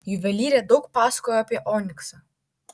juvelyrė daug pasakojo apie oniksą